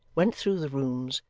went through the rooms,